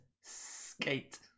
Skate